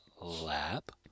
lab